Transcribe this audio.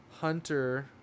hunter